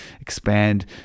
expand